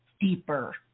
deeper